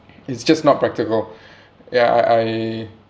it's just not practical ya I I